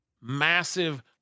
massive